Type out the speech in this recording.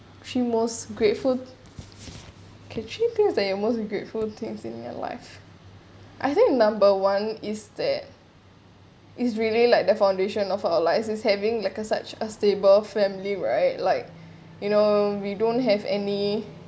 she most grateful can actually things that you most grateful things in your life I think number one is that is really like the foundation of a license having like a such a stable family right like you know we don't have any